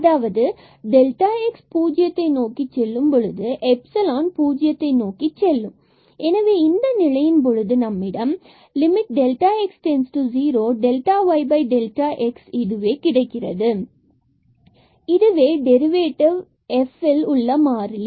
அதாவது delta x பூஜ்ஜியத்தை நோக்கிச் செல்லும் பொழுது எப்ஸிலான் பூஜ்ஜியத்தை நோக்கிச் செல்லும் எனவே இந்த நிலையின் பொழுது நம்மிடம் x→0⁡yx இதுவே கிடைக்கிறது இதுவே டெரிவேட்டிவ் f இல் உள்ள மாறிலி